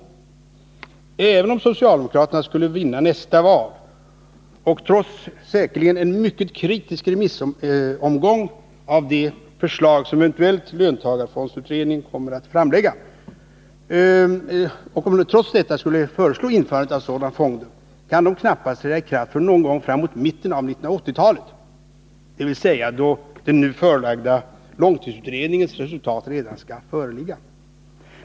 Och även om socialdemokraterna skulle vinna nästa val och — trots säkerligen mycket kritiska remissinstanser till det förslag som löntagarfondsutredningen eventuellt kommer att framlägga — föreslå införandet av sådana fonder, kan de knappast träda i kraft förrän någon gång fram mot mitten av 57 1980-talet, dvs. då den nu framlagda långtidsutredningens resultat redan skall föreligga.